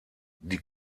die